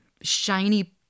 shiny